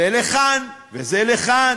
זה לכאן וזה לכאן.